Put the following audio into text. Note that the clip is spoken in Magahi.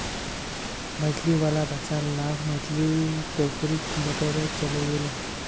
मछली वाला बचाल ला मछली टोकरीत बटोरे चलइ गेले